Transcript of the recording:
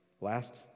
last